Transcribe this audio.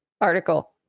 article